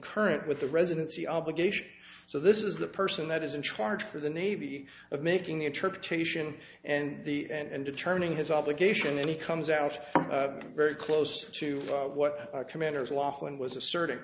concurrent with the residency obligation so this is the person that is in charge for the nabi of making the interpretation and the and determining his obligation any comes out very close to what commanders loughlin was asserting